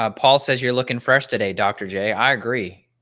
ah paul says, you're looking fresh today, dr. j, i agree